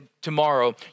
tomorrow